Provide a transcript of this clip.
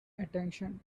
attention